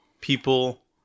people